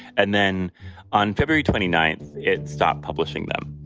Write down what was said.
and then on february twenty ninth, it stopped publishing them.